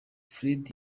fred